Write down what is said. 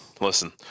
listen